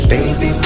Baby